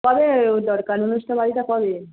কবে দরকার অনুষ্ঠান বাড়িটা কবে